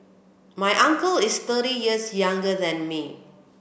my uncle is thirty years younger than me